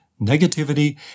negativity